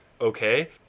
okay